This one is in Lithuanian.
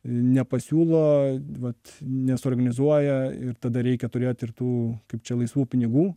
nepasiūlo vat nesuorganizuoja ir tada reikia turėt ir tų kaip čia laisvų pinigų